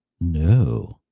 no